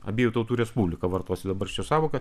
abiejų tautų respublika vartosiu dabar šią sąvoka